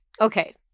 Okay